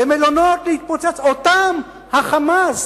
למלונות להתפוצץ, אותם ה"חמאס"